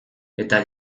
eta